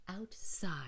Outside